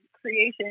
creation